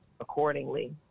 accordingly